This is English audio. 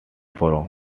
from